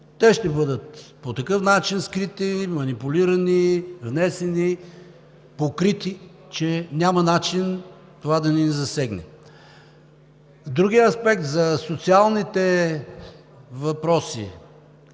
Те ще бъдат по такъв начин скрити, манипулирани, внесени, покрити, че няма начин това да не ни засегне. Другият аспект – за социалните въпроси.